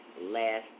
last